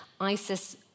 ISIS